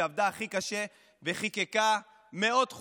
שעבדה הכי קשה וחוקקה מאות חוקים,